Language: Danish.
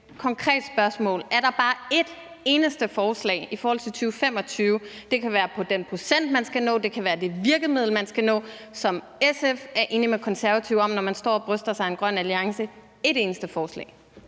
konkret spørgsmål: Er der bare et eneste forslag i forhold til 2025-målet – det kan være den procent, man skal nå, og det kan være det virkemiddel, man skal bruge – som SF er enige med Konservative om, når man står og bryster sig af en grøn alliance. Er der et eneste forslag?